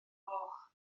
gloch